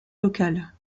locales